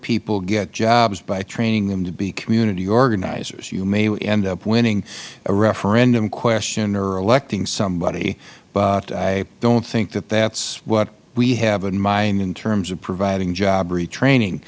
people get jobs by training them to be community organizers you may end up winning a referendum question or electing somebody but i don't think that that is what we have in mind in terms of providing job retraining